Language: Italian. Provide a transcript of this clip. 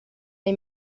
dai